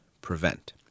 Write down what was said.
prevent